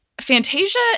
Fantasia